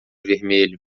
vermelho